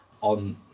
on